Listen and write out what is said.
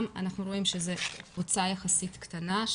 גם אנחנו רואים שזו קבוצה יחסית קטנה,